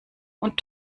und